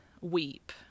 weep